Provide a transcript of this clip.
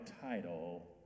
title